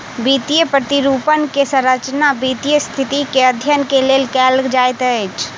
वित्तीय प्रतिरूपण के रचना वित्तीय स्थिति के अध्ययन के लेल कयल जाइत अछि